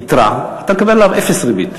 יתרה, אתה מקבל עליה אפס ריבית.